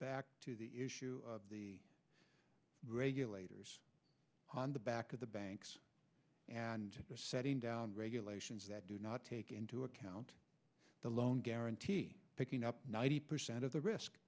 back to the issue of the regulators on the back of the banks and setting down regulations that do not take into account the loan guarantee taking up ninety percent of the risk